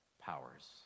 powers